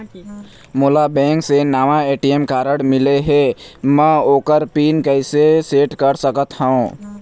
मोला बैंक से नावा ए.टी.एम कारड मिले हे, म ओकर पिन कैसे सेट कर सकत हव?